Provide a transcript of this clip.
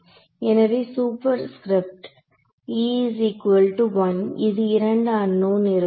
எனவே superscript இது இரண்டு அன்னோன் இருக்கும்